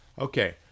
Okay